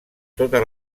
totes